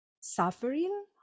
suffering